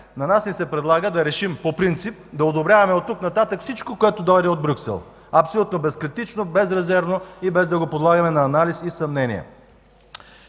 на нас ни се предлага да решим по принцип да одобряваме оттук нататък всичко, което дойде от Брюксел – абсолютно безкритично, безрезервно и без да го подлагаме на анализ и съмнения.